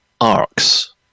ARCs